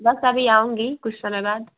बस अभी आऊँगी कुछ समय बाद